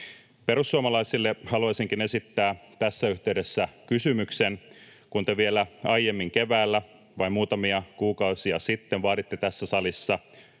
Perussuomalaisille haluaisinkin esittää tässä yhteydessä kysymyksen, kun te vielä aiemmin keväällä, vain muutamia kuukausia sitten, vaaditte tässä salissa